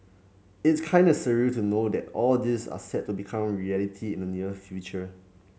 it's kinda surreal to know that all this are set to become reality in the near future